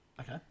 okay